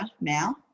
now